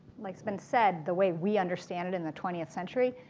like it's been said, the way we understand it in the twentieth century.